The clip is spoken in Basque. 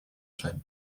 zen